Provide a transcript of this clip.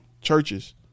Churches